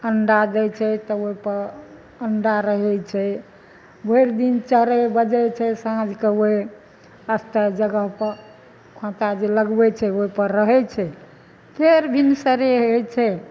अंडा दै छै तब ओहिपर अंडा रहै छै भरि दिन चरै बजै छै साँझके ओहि स्थायी जगहपर खोत्ता जे लगबै छै ओहिपर रहै छै फेर भिनसरे होइ छै